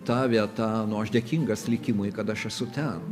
ta vieta nu aš dėkingas likimui kad aš esu ten